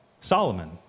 Solomon